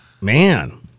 man